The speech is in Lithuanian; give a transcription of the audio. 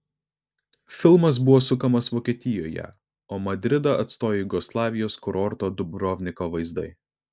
filmas buvo sukamas vokietijoje o madridą atstojo jugoslavijos kurorto dubrovniko vaizdai